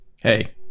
Hey